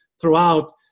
throughout